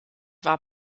war